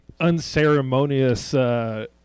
unceremonious